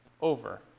over